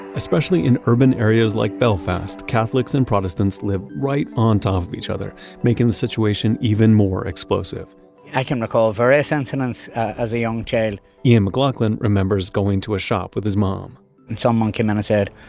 especially in urban areas like belfast, catholics and protestants lived right on top of each other, making the situation even more explosive i can recall various incidents, as a young child ian mclaughlin, remembers going to a shop with his mom someone came in and said,